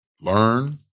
learn